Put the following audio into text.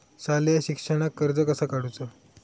शालेय शिक्षणाक कर्ज कसा काढूचा?